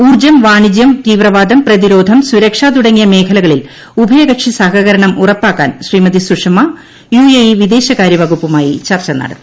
ഊർജ്ജം വാണിജ്യം തീവ്രവാദം പ്രതിരോധം സുരക്ഷ തുടങ്ങിയ മേഖലകളിൽ ഉഭയകക്ഷി സഹകരണം ഉറപ്പാക്കാൻ Shrimati Sushma U A E വിദേശകാര്യ പ്ലകുപ്പുമായി ചർച്ച നടത്തി